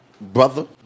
brother